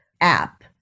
app